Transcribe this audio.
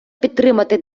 підтримати